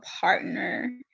partner